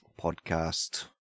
podcast